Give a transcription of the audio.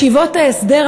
ישיבות ההסדר,